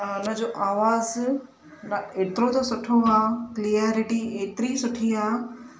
उन जो आवाज़ु एतिरो त सुठो आहे क्लैरिटी एतिरी सुठी आहे